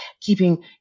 keeping